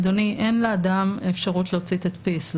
אדוני, אין לאדם אפשרות להוציא תדפיס.